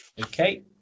Okay